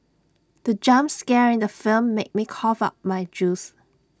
the jump scare in the film made me cough out my juice